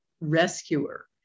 rescuer